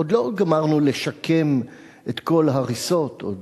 עוד לא גמרנו לשקם את כל ההריסות, עוד,